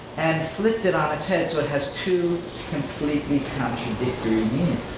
and flipped it on its head. so it has two completely contradictory